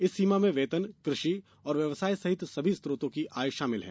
इस सीमा में वेतन कृषि और व्यवसाय सहित सभी स्त्रोतों की आय शामिल है